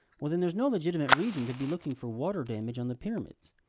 well, then there's no legitimate reason to be looking for water damage on the pyramids.